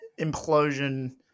implosion